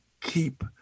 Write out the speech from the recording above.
keep